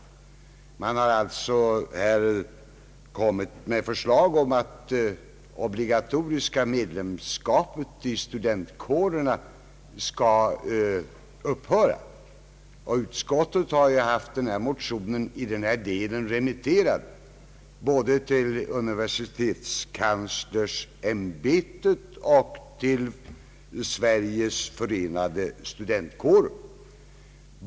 Förslag har alltså ställts om att det obligatoriska medlemskapet i studentkårerna skall upphöra. I denna del har utskottet haft motionen remitterad både till universitetskanslersämbetet och till Sveriges Förenade studentkårer.